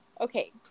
Okay